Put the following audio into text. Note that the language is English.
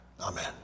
Amen